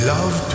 Love